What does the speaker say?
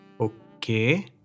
Okay